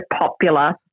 popular